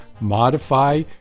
modify